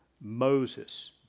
Moses